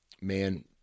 man